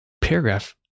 paragraph